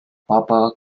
proper